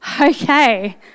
okay